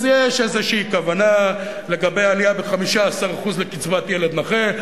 אז יש איזו כוונה לגבי עלייה ב-15% של קצבת ילד נכה,